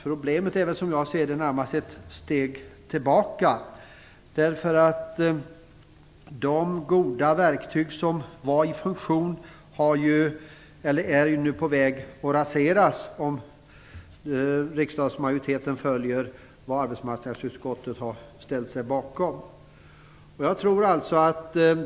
Problemet är, som jag ser det, närmast att den är ett steg tillbaka. De goda verktyg som var i funktion är nu på väg att raseras, om riksdagsmajoriteten följer det som arbetsmarknadsutskottet har ställt sig bakom.